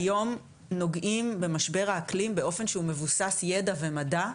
היום נוגעים במשבר האקלים באופן שהוא מבוסס ידע ומדע,